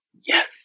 yes